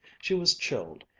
she was chilled,